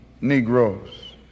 Negroes